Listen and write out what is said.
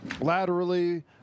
Laterally